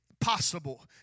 possible